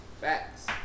Facts